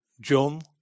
John